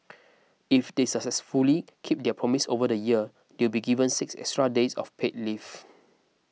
if they successfully keep their promise over the year they'll be given six extra days of paid leave